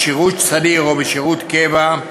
בשירות סדיר או בשירות קבע,